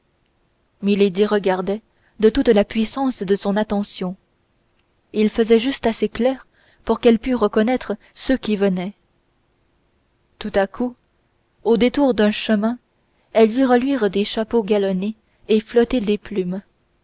regardait de toute la puissance de son attention il faisait juste assez clair pour qu'elle pût reconnaître ceux qui venaient tout à coup au détour du chemin elle vit reluire des chapeaux galonnés et flotter des plumes